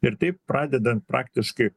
ir taip pradedant praktiškai